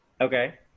Okay